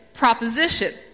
proposition